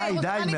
די, די.